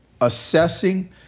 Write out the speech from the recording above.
assessing